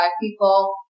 people